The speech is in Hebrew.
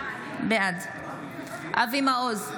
בעד אבי מעוז,